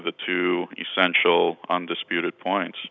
the two essential disputed points